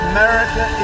America